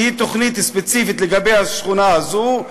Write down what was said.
שהיא תוכנית ספציפית לגבי השכונה הזאת,